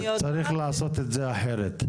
צריך לעשות את זה אחרת.